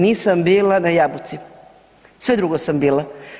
Nisam bila na Jabuci, sve drugo sam bila.